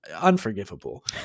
unforgivable